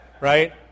Right